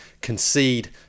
concede